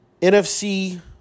NFC